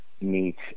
meet